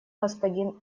господин